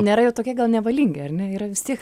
nėra jau tokie gal nevalingi ar ne yra vis tiek